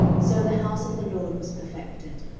so the house of the lord was perfected.